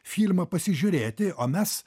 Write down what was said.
filmą pasižiūrėti o mes